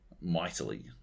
mightily